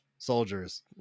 Soldiers